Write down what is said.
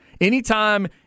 Anytime